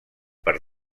per